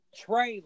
trailer